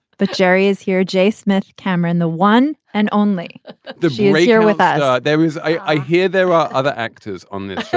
but jerry is here jay smith cameron the one and only the beauty here with that there is i hear there are other actors on this.